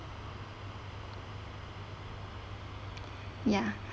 ya